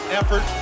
effort